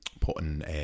putting